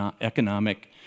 economic